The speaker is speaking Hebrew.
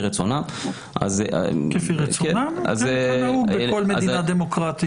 רצונם -- כפי רצונם וכנהוג בכל מדינה דמוקרטית.